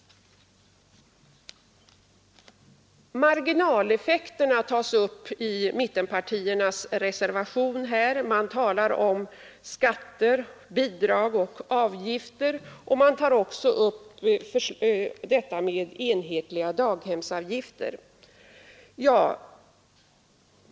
Marginaleffekterna tas upp i mittenpartiernas reservation. Man talar om skatter, bidrag och avgifter, och man tar också upp enhetliga daghemsavgifter.